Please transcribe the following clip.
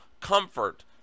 comfort